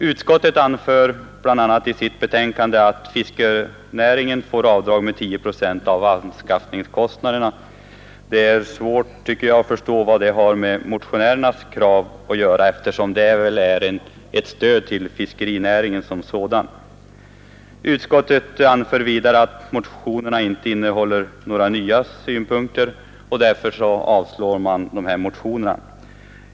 Utskottet anför i sitt betänkande bl.a. att yrkesfiskare får avdrag för värdeminskning av fiskefartyg med 10 procent av anskaffningskostnaden. Jag har svårt att förstå vad det har med motionärernas krav att göra, eftersom detta avdrag får betraktas som ett stöd till fiskerinäringen som sådan. Utskottet anför vidare att motionerna inte innehåller några nya synpunkter, varför de avstyrks.